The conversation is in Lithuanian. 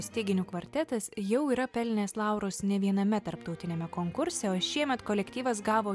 styginių kvartetas jau yra pelnęs laurus ne viename tarptautiniame konkurse o šiemet kolektyvas gavo